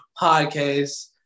podcast